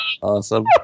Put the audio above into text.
awesome